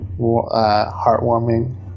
heartwarming